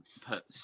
put